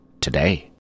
today